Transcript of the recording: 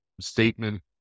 statement